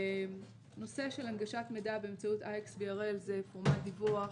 נושא של הנגשת מידע באמצעות IXBRL זה פורמט דיווח